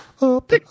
up